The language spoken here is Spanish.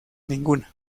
ninguna